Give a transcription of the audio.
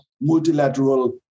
multilateral